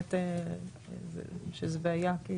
שבאמת זו בעיה.